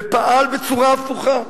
ופעל בצורה הפוכה,